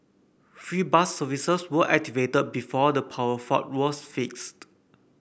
free bus services were activated before the power fault was fixed